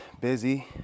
busy